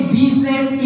business